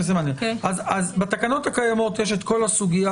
אז בתקנות הקיימות יש את כל הסוגיה